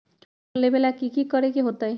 Loan लेबे ला की कि करे के होतई?